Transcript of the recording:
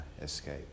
escape